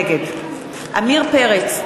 נגד עמיר פרץ,